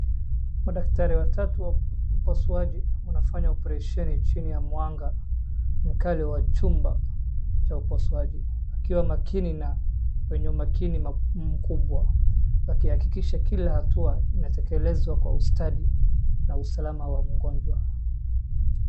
Wadaktari watatu wapasuaji wanafanya operation chini ya mwanga mkali wa chumba cha upasuaji, wakiwa makini na wenye makini mkubwa, wakihakikisha kila hatua inatekelezwa kwa ustadi, na usalama wa mgonjwa.